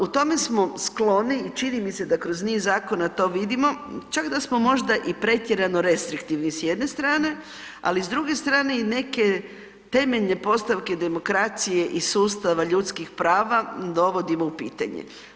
U tome smo skloni i čini mi se da kroz niz zakona to vidimo, čak da smo možda i pretjerano restriktivni s jedne strane, ali s druge strane neke temeljne postavke demokracije i sustava ljudskih prava dovodimo u pitanje.